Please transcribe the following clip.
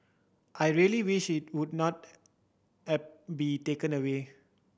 I really wish it would not be taken away